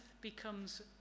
becomes